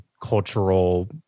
cultural